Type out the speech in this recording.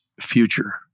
future